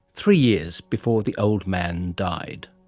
three years before the old man died.